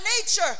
nature